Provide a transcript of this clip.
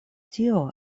tio